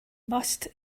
must